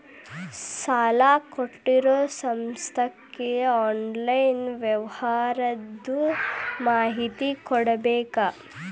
ಸಾಲಾ ಕೊಟ್ಟಿರೋ ಸಂಸ್ಥಾಕ್ಕೆ ಆನ್ಲೈನ್ ವ್ಯವಹಾರದ್ದು ಮಾಹಿತಿ ಕೊಡಬೇಕಾ?